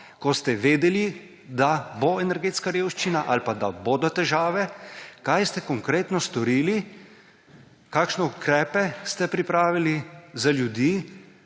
ko ste vedeli, da bo energetska revščina ali pa da bodo težave, kaj ste konkretno storili, kakšne ukrepe ste pripravili za ljudi,